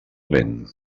vent